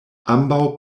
ambaŭ